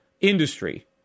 industry